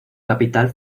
capital